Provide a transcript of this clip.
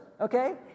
okay